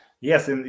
yes